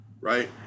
right